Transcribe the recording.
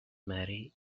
mary